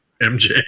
MJ